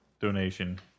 donation